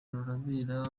rurabera